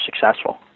successful